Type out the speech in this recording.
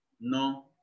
No